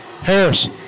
Harris